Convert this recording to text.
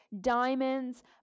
diamonds